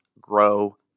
grow